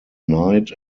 knight